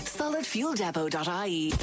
solidfueldepot.ie